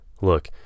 Look